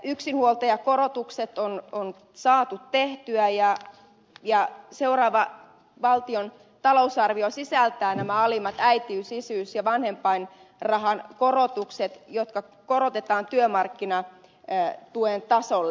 yksinhuoltajakorotukset on saatu tehdyksi ja seuraava valtion talousarvio sisältää alimpien äitiys isyys ja vanhempain rahan korotukset jotka korotetaan vanhempainrahojen korotuksen työmarkkinatuen tasolle